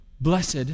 Blessed